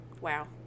Wow